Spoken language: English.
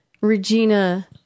Regina